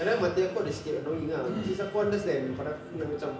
kadang mata air aku ada sikit annoying ah which is aku understand pada aku like macam